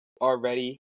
already